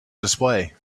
display